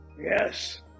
Yes